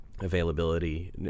availability